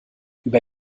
über